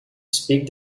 speak